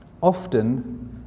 often